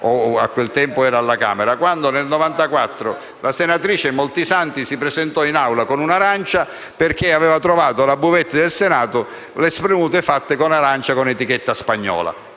a quel tempo, o forse era alla Camera), quando, nel 1994, la senatrice Moltisanti si presentò in Aula con un'arancia, perché aveva trovato che alla *buvette* del Senato le spremute venivano fatte con arance con etichetta spagnola.